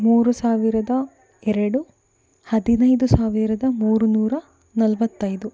ಮೂರು ಸಾವಿರದ ಎರಡು ಹದಿನೈದು ಸಾವಿರದ ಮೂರು ನೂರ ನಲವತ್ತೈದು